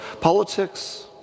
Politics